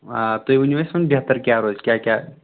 آ تُہۍ ؤنِو اَسہِ وۄنۍ بہتر کیٛاہ روزِ کیٛاہ کیٛاہ